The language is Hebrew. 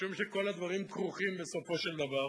משום שכל הדברים כרוכים בסופו של דבר